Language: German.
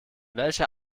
welcher